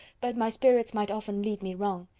but my spirits might often lead me wrong.